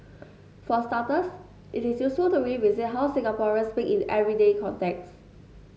for starters it is useful to revisit how Singaporeans speak in everyday contexts